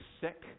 sick